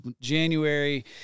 January